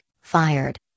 fired